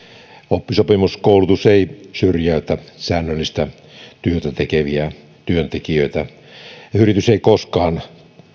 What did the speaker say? oppisopimuskoulutus ei syrjäytä säännöllistä työtä tekeviä työntekijöitä yritys ei koskaan